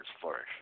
flourish